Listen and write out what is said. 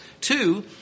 Two